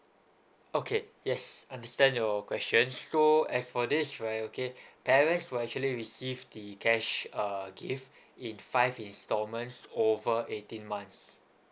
okay yes understand your question so as for this right okay parents will actually receive the cash uh gift in five instalments over eighteen months